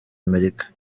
amerika